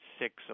six